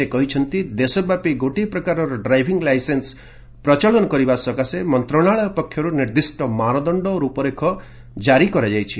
ସେ କହିଛନ୍ତି ଦେଶବ୍ୟାପି ଗୋଟିଏ ପ୍ରକାରର ଡ୍ରାଇଭିଂ ଲାଇସେନ୍ନ ପ୍ରଚଳନ କରିବା ସକାଶେ ମନ୍ତ୍ରଣାଳୟ ପକ୍ଷରୁ ନିର୍ଦ୍ଦିଷ୍ଟ ମାନଦଣ୍ଡ ଓ ରୂପରେଖ ଜାରୀ କରାଯାଇଛି